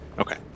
Okay